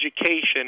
education